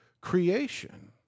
creation